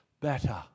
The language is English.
better